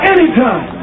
Anytime